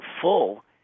full